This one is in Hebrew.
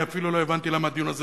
אני אפילו לא הבנתי למה הדיון הזה